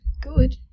Good